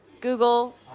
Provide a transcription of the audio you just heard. Google